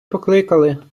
покликали